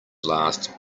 last